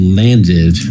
landed